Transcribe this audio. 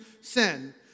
sin